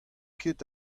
ket